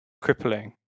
crippling